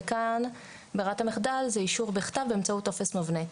וכאן ברירת המחדל זה אישור בכתב באמצעות טופס מובנה.